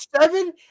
seven